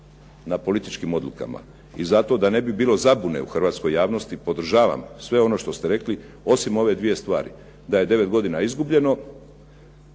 na političkim odlukama. I zato da ne bi bilo zabune u hrvatskoj javnosti, podržavam sve ono što ste rekli, osim ove dvije stvari. Da je 9 godina izgubljeno.